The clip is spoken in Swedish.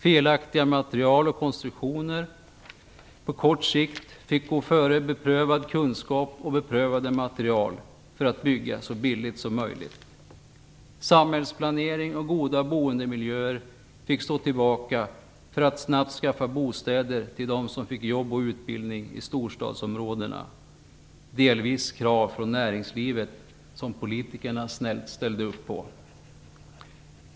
Felaktigt material och felaktiga konstruktioner fick kortsiktigt gå före beprövad kunskap och beprövade material för att man skulle kunna bygga så billigt som möjligt. Samhällsplanering och goda boendemiljöer fick stå tillbaka för att man snabbt skulle skaffa bostäder till dem som fick jobb och utbildning i storstadsområdena. Detta var krav delvis från näringslivet som politikerna snällt ställde upp på.